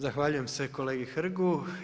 Zahvaljujem se kolege Hrgu.